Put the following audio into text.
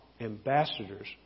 ambassadors